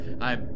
I-